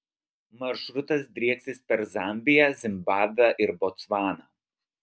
maršrutas drieksis per zambiją zimbabvę ir botsvaną